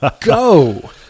go